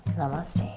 namaste.